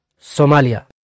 Somalia